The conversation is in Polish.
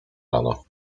rano